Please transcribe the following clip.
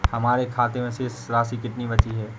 हमारे खाते में शेष राशि कितनी बची है?